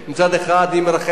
מצד אחד היא מרחמת,